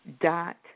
Dot